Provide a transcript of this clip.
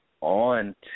on